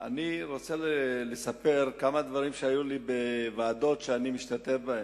אני רוצה לספר כמה דברים מהוועדות שאני משתתף בהן.